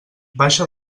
baixa